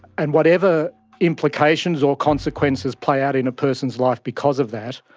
and whatever implications or consequences play out in a person's life because of that,